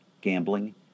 gambling